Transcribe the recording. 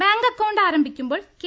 bank account ആരംഭിക്കുമ്പോൾ K